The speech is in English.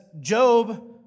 Job